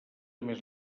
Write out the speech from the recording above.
més